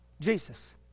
Jesus